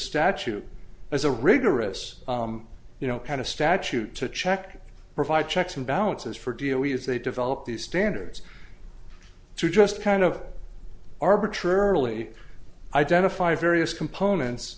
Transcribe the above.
statute as a rigorous you know kind of statute to check provide checks and balances for d o b as they develop these standards to just kind of arbitrarily identify various components